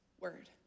word